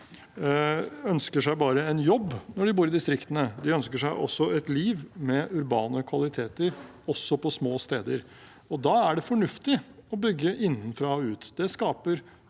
ønsker seg en jobb når de bor i distriktene. De ønsker seg et liv med urbane kva liteter også på små steder. Da er det fornuftig å bygge innenfra og ut.